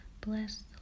Bless